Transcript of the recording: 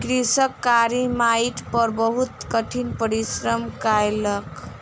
कृषक कारी माइट पर बहुत कठिन परिश्रम कयलक